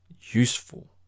useful